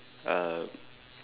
um